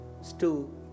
stew